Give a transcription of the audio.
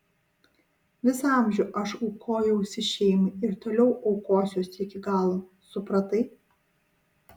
visą amžių aš aukojausi šeimai ir toliau aukosiuosi iki galo supratai